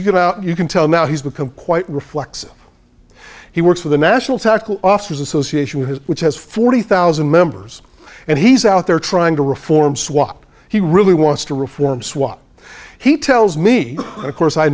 you get out you can tell now he's become quite reflexive he works for the national tackle officers association which has forty thousand members and he's out there trying to reform swop he really wants to reform swat he tells me and of course i